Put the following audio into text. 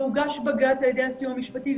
והוגש בג"ץ על ידי הסיוע המשפטי,